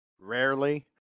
rarely